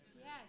Yes